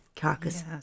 carcass